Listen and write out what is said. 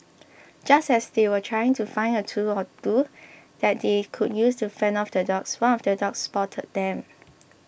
just as they were trying to find a tool or two that they could use to fend off the dogs one of the dogs spotted them